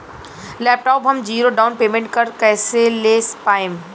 Laptop हम zero down payment पर कैसे ले पाएम?